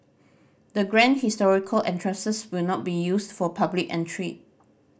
the grand historical entrances will not be used for public entry